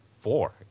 four